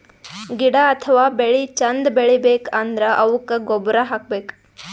ಗಿಡ ಅಥವಾ ಬೆಳಿ ಚಂದ್ ಬೆಳಿಬೇಕ್ ಅಂದ್ರ ಅವುಕ್ಕ್ ಗೊಬ್ಬುರ್ ಹಾಕ್ಬೇಕ್